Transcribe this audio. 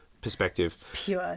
perspective